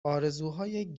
آرزوهای